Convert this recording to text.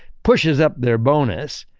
pushes up their bonus.